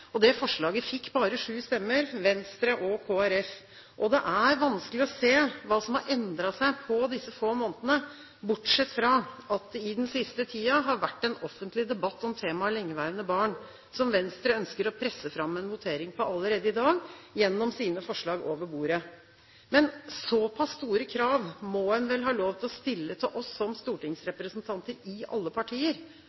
Det forslaget fikk bare sju stemmer, fra Venstre og Kristelig Folkeparti. Det er vanskelig å se hva som har endret seg på disse få månedene, bortsett fra at det i den siste tiden har vært en offentlig debatt om temaet lengeværende barn, som Venstre ønsker å presse fram en votering på allerede i dag gjennom sine forslag over bordet. Men såpass store krav må en vel ha lov til å stille til oss som